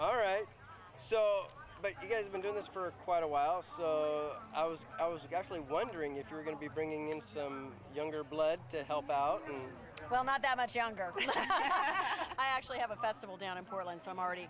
all right so but you guys been doing this for quite a while so i was i was actually wondering if you were going to be bringing in some younger blood to help out the well not that much younger so yeah i actually have a festival down in portland so i'm already